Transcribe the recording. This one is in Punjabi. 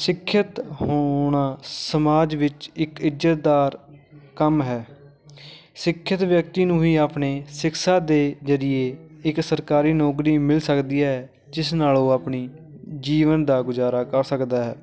ਸਿੱਖਿਅਤ ਹੋਣਾ ਸਮਾਜ ਵਿੱਚ ਇੱਕ ਇੱਜਤਦਾਰ ਕੰਮ ਹੈ ਸਿੱਖਿਅਤ ਵਿਅਕਤੀ ਨੂੰ ਹੀ ਆਪਣੇ ਸ਼ਿਕਸ਼ਾ ਦੇ ਜਰੀਏ ਇੱਕ ਸਰਕਾਰੀ ਨੌਕਰੀ ਮਿਲ ਸਕਦੀ ਹੈ ਜਿਸ ਨਾਲ ਉਹ ਆਪਣੀ ਜੀਵਨ ਦਾ ਗੁਜ਼ਾਰਾ ਕਰ ਸਕਦਾ ਹੈ